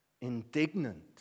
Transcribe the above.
indignant